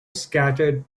scattered